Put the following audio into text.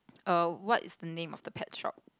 err what is the name of the pet shop